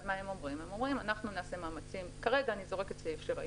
אני זורקת כרגע סעיף שראינו,